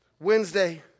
Wednesday